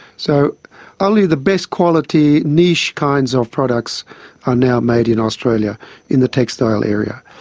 so only the best quality, niche kinds of products are now made in australia in the textile area.